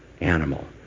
animal